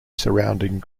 surrounding